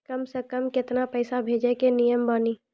कम से कम केतना पैसा भेजै के नियम बानी?